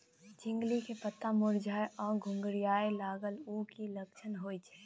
झिंगली के पत्ता मुरझाय आ घुघरीया लागल उ कि लक्षण होय छै?